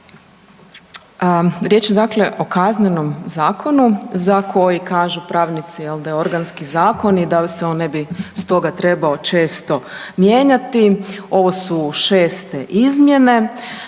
Riječ je dakle o Kaznenom zakonu za koji kažu pravnici da je organski zakon i da se on ne bi stoga trebao često mijenjati. Ovo su šeste izmjene,